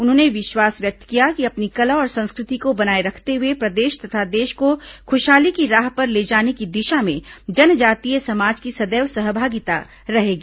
उन्होंने विश्वास व्यक्त किया कि अपनी कला और संस्कृति को बनाए रखते हुए प्रदेश तथा देश को खुशहाली की राह पर ले जाने की दिशा में जनजातीय समाज की सदैव सहभागिता रहेगी